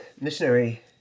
Missionary